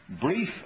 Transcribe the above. brief